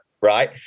Right